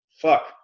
fuck